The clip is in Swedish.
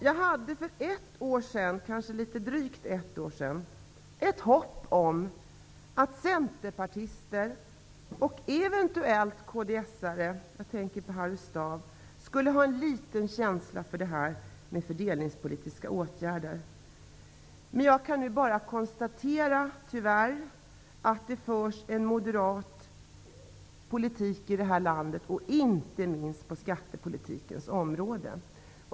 Jag hade för litet drygt ett år sedan ett hopp om att Centerpartiet och eventuellt kds -- jag tänker på Harry Staaf -- skulle ha litet känsla för detta med fördelningspolitiska åtgärder. Men jag kan nu tyvärr konstatera att det just nu förs Moderat politik i detta land, inte minst på skattepolitikens område.